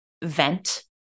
vent